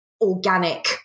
organic –